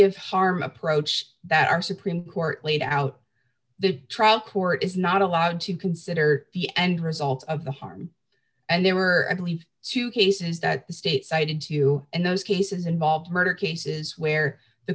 of harm approach that our supreme court laid out the trial court is not allowed to consider the end result of the harm and there were i believe two cases that the state cited two and those cases involved murder cases where the